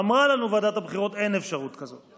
אמרה לנו ועדת הבחירות: אין אפשרות כזאת.